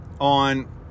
on